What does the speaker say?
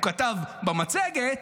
הוא כתב במצגת: